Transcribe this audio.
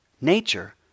Nature